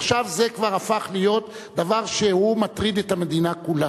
עכשיו זה כבר הפך להיות דבר שהוא מטריד את המדינה כולה.